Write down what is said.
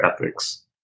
ethics